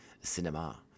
cinema